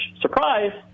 surprise